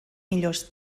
millors